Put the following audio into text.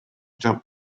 jump